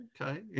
Okay